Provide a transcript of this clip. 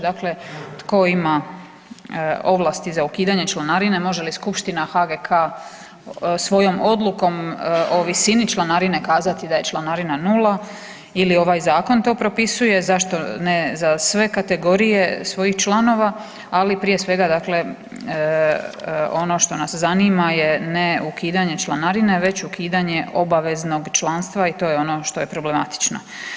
Dakle tko ima ovlasti za ukidanje članarine , može li skupština HGK svojom odlukom o visini članarine kazati da je članarina nula ili ovaj zakon to propisuje, zašto ne za sve kategorije svojih članova, ali prije svega dakle ono što nas zanima je ne ukidanje članarine već ukidanje obaveznog članstva i to je ono što je problematično.